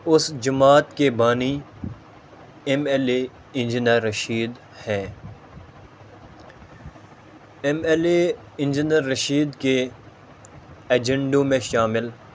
اس جماعت کے بانی M L A engineer Rashid ہیں M L A engineer Rashid کے ایجنڈوں میں شامل